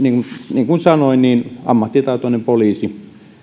niin kuin sanoin ammattitaitoinen poliisi